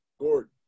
Gordon